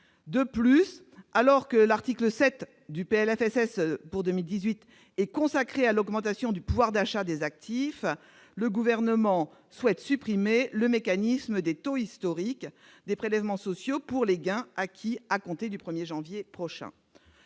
de la sécurité sociale pour 2018 est consacré à l'augmentation du pouvoir d'achat des actifs, le Gouvernement souhaite supprimer le mécanisme des « taux historiques » des prélèvements sociaux pour les gains acquis à compter du 1 janvier prochain.